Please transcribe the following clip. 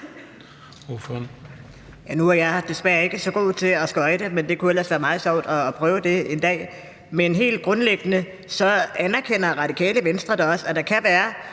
Nu er jeg desværre ikke så god til at skøjte, men det kunne ellers være meget sjovt at prøve det en dag. Men helt grundliggende anerkender Radikale Venstre da også, at der kan være